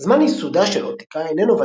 זמן ייסודה של אוטיקה איננו ודאי,